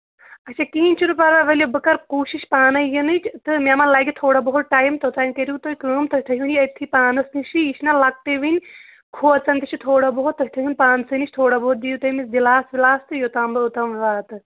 اچھا کِہیٖنۍ چھُنہٕ پَرواے ؤلِو بہٕ کَرٕ کوٗشِش پانَے یِنٕچ تہٕ مےٚ ما لَگہِ تھوڑا بہت ٹایِم توٚتام کٔرِو تُہۍ کٲم تُہۍ تھٔے ہُن یہِ أتھٕے پانَس نِشی یہِ چھِنا لۄکٹٕے وٕنۍ کھوژان تہِ چھِ تھوڑا بہت تُہۍ تھٔے ہُن پانسٕےٕ نِش تھوڑا بہت دِیِو تُہۍ أمِس دِلاس وِلاس تہٕ یوٚتام بہٕ اوٚتَن واتہٕ